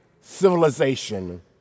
civilization